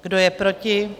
Kdo je proti?